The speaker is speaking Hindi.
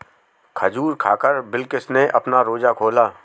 खजूर खाकर बिलकिश ने अपना रोजा खोला